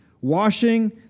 washing